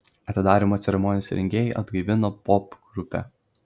atidarymo ceremonijos rengėjai atgaivino popgrupę